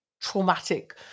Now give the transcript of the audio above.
traumatic